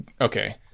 Okay